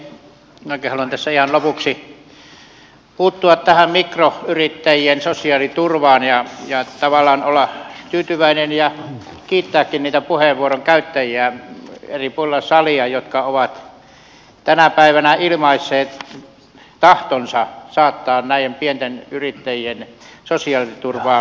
minäkin haluan tässä ihan lopuksi puuttua tähän mikroyrittäjien sosiaaliturvaan ja tavallaan olla tyytyväinen ja kiittääkin niitä puheenvuoron käyttäjiä eri puolilla salia jotka ovat tänä päivänä ilmaisseet tahtonsa saattaa näiden pienyrittäjien sosiaaliturvaa paremmalle tolalle